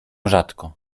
rzadko